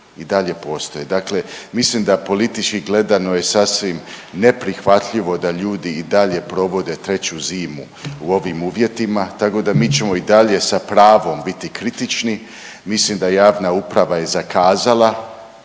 i dalje postoje. Dakle, mislim da politički gledano je sasvim neprihvatljivo da ljudi i dalje provode treću zimu u ovim uvjetima, tako da mi ćemo i dalje sa pravom biti kritični. Mislim da javna uprava je zakazala,